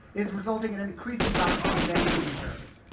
is resulting in an increase in battery for many users.